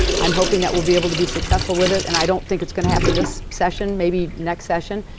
i'm hoping that we'll be able to be successful with it. and i don't think it's going to happen this session, maybe next session.